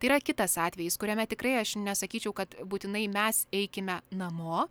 tai yra kitas atvejis kuriame tikrai aš nesakyčiau kad būtinai mes eikime namo